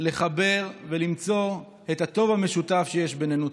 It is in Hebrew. לחבר ולמצוא את הטוב המשותף שיש בינינו.